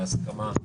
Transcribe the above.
בהסכמה.